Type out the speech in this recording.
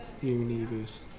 Universe